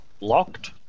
Locked